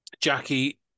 Jackie